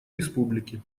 республики